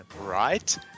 right